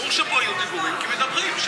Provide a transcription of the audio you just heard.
ברור שפה יהיו דיבורים, כי מדברים.